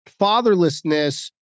fatherlessness